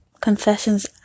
Confessions